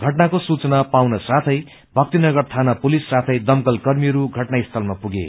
घटनाको सूचना पाउनसाथै भक्तिनगर थाना पुलिस साथै दमकल कर्मीहरू घटनास्थलमा पुगे